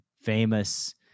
famous